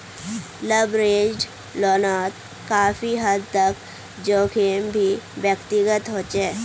leveraged लोनोत काफी हद तक जोखिम भी व्यक्तिगत होचे